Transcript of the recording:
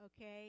Okay